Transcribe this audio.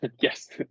Yes